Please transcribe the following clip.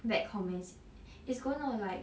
bad comments is going to like